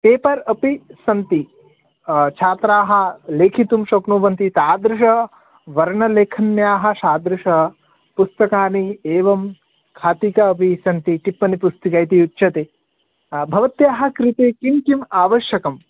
paper अपि सन्ति छात्राः लेखितुं शक्नुवन्ति तादृश वर्णलेखन्यः तादृशपुस्तकानि एवं खातिका अपि सन्ति टिप्पणीपुस्तिका इति उच्यते भवत्याः कृते किं किम् आवश्यकम्